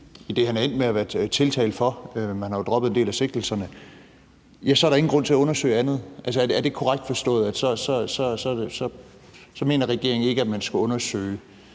i det, han er endt med at være tiltalt for – man har jo droppet en del af sigtelserne – ja, så er der ingen grund til at undersøge andet. Er det korrekt forstået, at så mener regeringen ikke, at man skal undersøge,